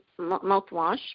Mouthwash